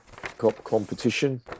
competition